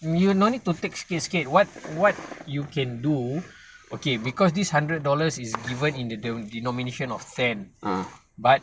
you no need to take sikit-sikit [what] what you can do okay because this hundred dollars is given in the denomination of ten but